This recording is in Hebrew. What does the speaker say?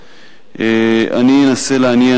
אני אנסה לעניין,